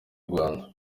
rwanda